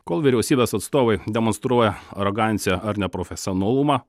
kol vyriausybės atstovai demonstruoja aroganciją ar neprofesionalumą